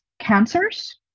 cancers